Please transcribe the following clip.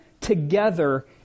together